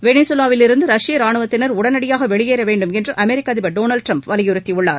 வெனிசுலாவிலிருந்து ரஷ்ய ராணுவத்தினர் உடனடியாக வெளியேற வேண்டும் என்று அமெரிக்க அதிபர் டொனால்ட் ட்ரம்ப் வலியுறுத்தியுள்ளார்